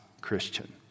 Christian